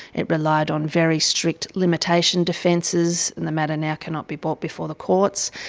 it relied on very strict limitation defences and the matter now cannot be brought before the courts.